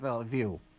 view